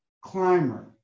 climber